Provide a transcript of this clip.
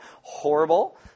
horrible